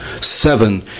Seven